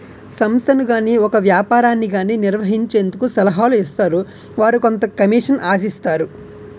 సంస్థను గాని ఒక వ్యాపారాన్ని గాని నిర్వహించేందుకు సలహాలు ఇస్తారు వారు కొంత కమిషన్ ఆశిస్తారు